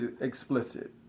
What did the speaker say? explicit